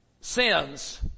Sins